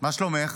מה שלומך?